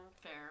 fair